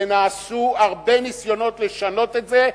ונעשו הרבה ניסיונות לשנות את זה,